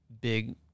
big